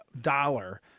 dollar